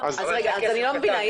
אני לא מבינה.